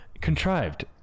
Contrived